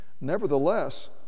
nevertheless